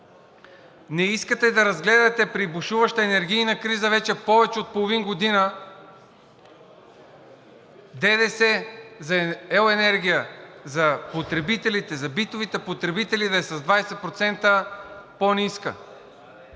Не искате да разгледате при бушуваща енергийна криза вече повече от половин година ДДС за електроенергията за битовите потребители да е с 20% по-ниска.